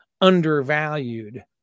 undervalued